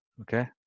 Okay